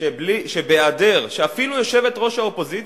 שבהיעדר, אפילו יושבת-ראש האופוזיציה,